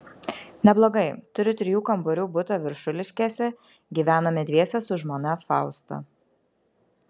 neblogai turiu trijų kambarių butą viršuliškėse gyvename dviese su žmona fausta